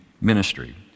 ministry